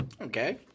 Okay